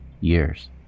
years